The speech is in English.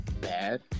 bad